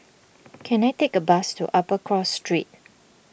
can I take a bus to Upper Cross Street